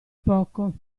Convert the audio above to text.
poco